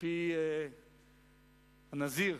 מפי "הנזיר",